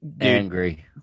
Angry